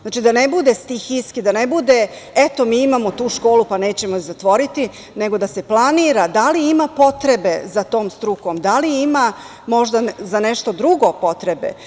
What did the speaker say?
Znači, da ne budu stihijski, da ne bude – eto, mi imamo tu školu, pa nećemo je zatvoriti, nego da se planira da li ima potrebe za tom strukom, da li ima možda za nešto drugo potrebe.